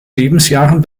lebensjahren